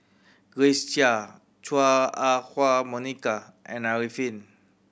Grace Chia Chua Ah Huwa Monica and Arifin